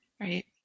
Right